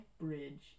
Bridge